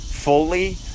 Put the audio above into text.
Fully